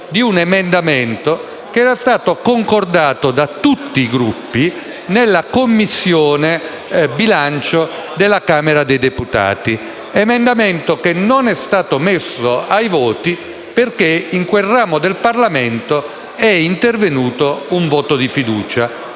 di un emendamento concordato da tutti i Gruppi nella Commissione bilancio della Camera dei deputati. Tale emendamento non è stato poi messo ai voti, perché in quel ramo del Parlamento è intervenuto un voto di fiducia.